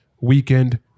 weekend